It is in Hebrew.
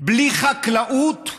בלי חקלאות,